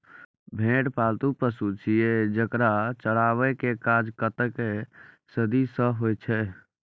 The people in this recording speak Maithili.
भेड़ पालतु पशु छियै, जेकरा चराबै के काज कतेको सदी सं होइ छै